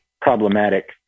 problematic